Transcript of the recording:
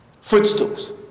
Footstools